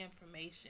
information